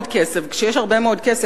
כשיש הרבה מאוד כסף,